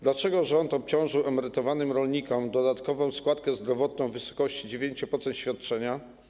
Dlaczego rząd obciążył emerytowanych rolników dodatkową składką zdrowotną w wysokości 9% świadczenia?